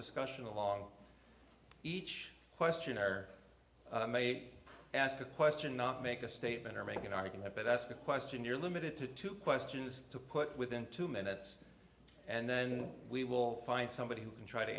discussion along each questionnaire mate ask a question not make a statement or make an argument but ask a question you're limited to two questions to put it within two minutes and then we will find somebody who can try to